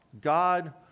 God